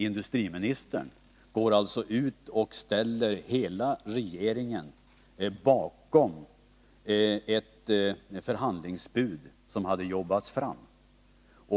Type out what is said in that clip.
Industriministern gick alltså ut och ställde hela regeringen bakom ett förhandlingsbud, som hade jobbats fram.